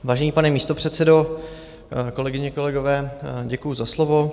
Vážený pane místopředsedo, kolegyně, kolegové, děkuju za slovo.